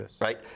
right